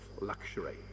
luxury